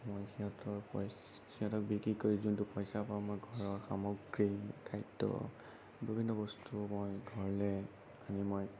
মই সিহঁতৰ পইচ সিহঁতক বিক্ৰী কৰি যোনটো পইচা পাওঁ মই ঘৰৰ সামগ্ৰী খাদ্য বিভিন্ন বস্তু মই ঘৰলৈ আনি মই